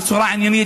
בצורה עניינית,